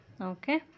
okay